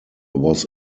was